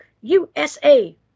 USA